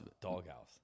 Doghouse